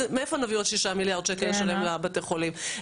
מאיפה נביא עוד שישה מיליארד שקלים לשלם לבתי החולים?